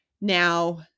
Now